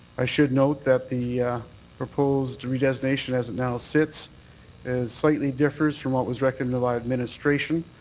i should note that the proposed redesignation as it now sits is slightly different from what was recommended by administration.